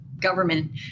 government